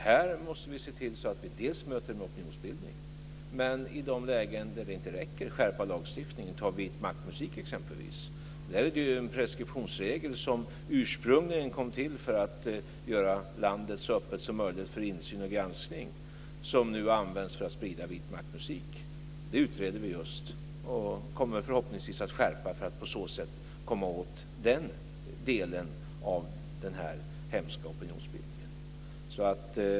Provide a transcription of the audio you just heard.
Här måste vi se till att vi möter med en opinionsbildning, men i de lägen där det inte räcker måste vi skärpa lagstiftningen. Ta exempelvis vitmaktmusik, där det ju finns preskriptionsregler som ursprungligen kom till för att göra landet så öppet som möjligt för insyn och granskning. Dessa regler utnyttjas nu för spridning av vitmaktmusik. Det utreds nu, och förhoppningsvis kommer reglerna att skärpas för att man på så sätt ska komma åt den delen av denna hemska opinionsbildning.